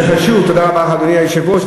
תודה רבה לך, אדוני היושב-ראש.